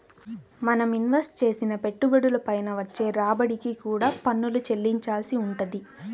మనం ఇన్వెస్ట్ చేసిన పెట్టుబడుల పైన వచ్చే రాబడికి కూడా పన్నులు చెల్లించాల్సి వుంటది